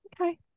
Okay